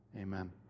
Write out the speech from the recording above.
amen